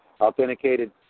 authenticated